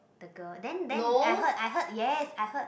the girl then then I heard I heard yes I heard